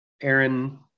Aaron